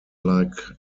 like